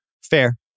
Fair